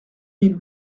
mille